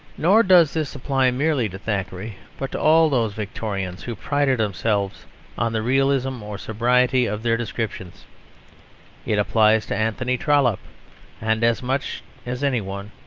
nor does this apply merely to thackeray, but to all those victorians who prided themselves on the realism or sobriety of their descriptions it applies to anthony trollope and, as much as any one,